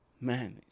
Man